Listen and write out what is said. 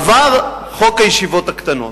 עבר חוק הישיבות הקטנות.